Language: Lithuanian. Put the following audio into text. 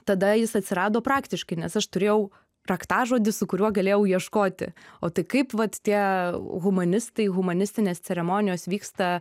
tada jis atsirado praktiškai nes aš turėjau raktažodį su kuriuo galėjau ieškoti o tai kaip vat tie humanistai humanistinės ceremonijos vyksta